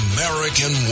American